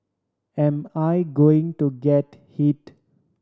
am I going to get hit